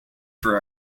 for